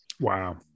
Wow